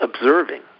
observing